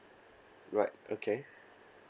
right okay